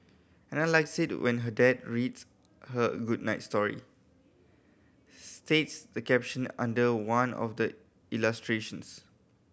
Ana likes it when her dad reads her a good night story states the caption under one of the illustrations